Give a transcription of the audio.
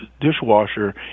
dishwasher